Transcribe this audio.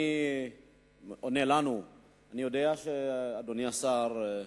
אני יודע שאדוני השר,